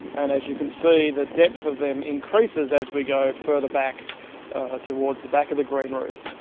and as you can see, the depth of them increases as we go further back towards the back of the green roof.